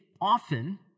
often